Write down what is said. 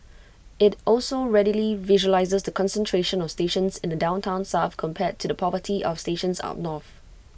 IT also readily visualises the concentration of stations in the downtown south compared to the poverty of stations up north